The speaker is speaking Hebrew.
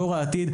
דור העתיד,